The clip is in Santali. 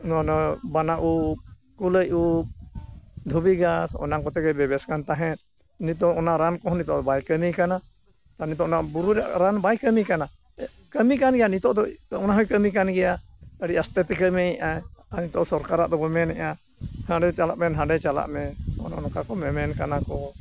ᱚᱱᱟ ᱵᱟᱱᱟ ᱩᱯ ᱠᱩᱞᱟᱹᱭ ᱩᱯ ᱫᱷᱩᱵᱤ ᱜᱷᱟᱥ ᱚᱱᱟ ᱠᱚᱛᱮ ᱜᱮ ᱵᱮᱵᱮᱥ ᱠᱟᱱ ᱛᱟᱦᱮᱸᱫ ᱱᱤᱛᱚᱜ ᱚᱱᱟ ᱨᱟᱱ ᱠᱚᱦᱚᱸ ᱵᱟᱭ ᱠᱟᱹᱢᱤ ᱠᱟᱱᱟ ᱟᱨ ᱱᱤᱛᱳᱜ ᱵᱩᱨᱩ ᱨᱮᱭᱟᱜ ᱨᱟᱱ ᱵᱟᱭ ᱠᱟᱹᱢᱤ ᱠᱟᱱᱟ ᱠᱟᱹᱢᱤ ᱠᱟᱱ ᱜᱮᱭᱟ ᱱᱤᱛᱳᱜ ᱫᱚ ᱚᱱᱟ ᱦᱚᱭ ᱠᱟᱹᱢᱤ ᱠᱟᱱ ᱜᱮᱭᱟ ᱟᱹᱰᱤ ᱟᱥᱛᱮ ᱛᱮᱭ ᱠᱟᱹᱢᱤᱭᱮᱜ ᱟᱭ ᱟᱨ ᱱᱤᱛᱳᱜ ᱥᱚᱨᱠᱟᱨᱟᱜ ᱫᱚᱵᱚᱱ ᱢᱮᱱᱮᱫᱼᱟ ᱦᱟᱸᱰᱮ ᱪᱟᱞᱟᱜ ᱢᱮ ᱱᱟᱰᱮ ᱪᱟᱞᱟᱜ ᱢᱮ ᱚᱱᱮ ᱚᱱᱠᱟ ᱠᱚ ᱢᱮᱢᱮᱱ ᱠᱟᱱᱟ ᱠᱚ